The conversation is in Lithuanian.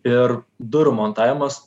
ir durų montavimas